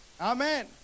amen